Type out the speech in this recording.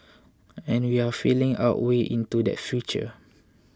and we're feeling our way into that future